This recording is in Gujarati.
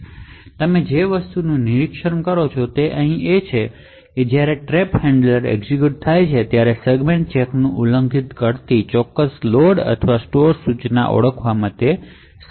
હવે તમે જે વસ્તુનું નિરીક્ષણ કરો છો તે જ્યારે ટ્રેપ હેન્ડલર એક્ઝેક્યુટ થાય છે ત્યારે તે સેગમેન્ટ ચેકનું ઉલ્લંઘન કરતી લોડ અથવા સ્ટોર ઇન્સટ્રકશનને ઓળખવામાં સમર્થ હશે